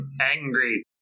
Angry